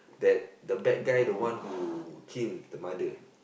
that the bad guy the one who kill the mother